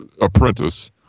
apprentice